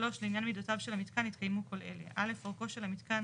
(3) לעניין מידותיו של המיתקן יתקיימו כל אלה: (א) אורכו של המיתקן